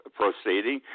proceeding